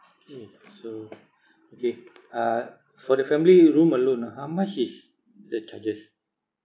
K so okay uh for the family room alone ah how much is the charges